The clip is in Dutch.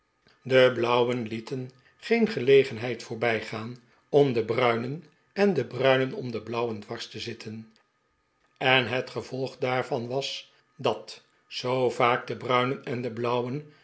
de blauwen lieten geen gelegenheid voorbijgaan om de bruinen en de bruinen om de blauwen dwars te zitten en het gevolg daarvan was dat zoo vaak de bruinen en de blauwen